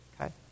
okay